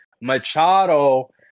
Machado